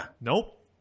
nope